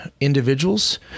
individuals